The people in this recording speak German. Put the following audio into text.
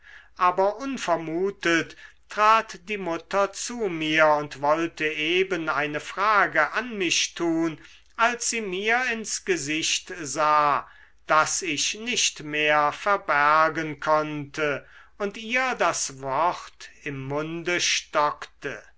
aber unvermutet trat die mutter zu mir und wollte eben eine frage an mich tun als sie mir ins gesicht sah das ich nicht mehr verbergen konnte und ihr das wort im munde stockte